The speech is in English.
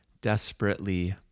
desperately